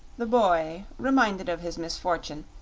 the boy, reminded of his misfortune,